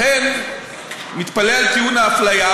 לכן אני מתפלא על טיעון האפליה,